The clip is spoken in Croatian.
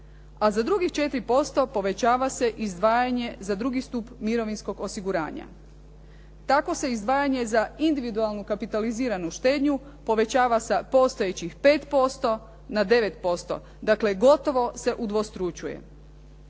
a za drugih 4% povećava se izdvajanje za drugi stup mirovinskog osiguranja. Tako se izdvajanje za individualnu kapitaliziranu štednju povećava sa postojećih 5% na 9%. Dakle, gotovo se udvostručuje.